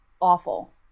awful